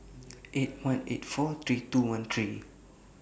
eight one eight four three two one three